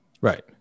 Right